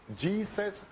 Jesus